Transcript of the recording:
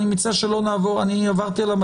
אני מציע שלא נעבור על המצגת,